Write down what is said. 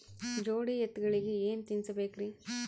ಜೋಡಿ ಎತ್ತಗಳಿಗಿ ಏನ ತಿನಸಬೇಕ್ರಿ?